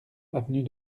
avenue